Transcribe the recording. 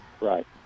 Right